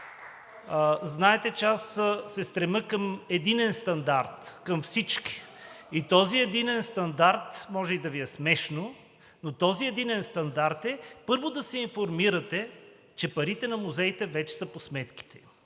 знаете, че аз се стремя към единен стандарт към всички (смях), и този единен стандарт – може и да Ви е смешно, но този единен стандарт е, първо, да се информирате, че парите на музеите вече са по сметките